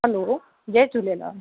hello जय झूलेलाल